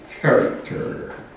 character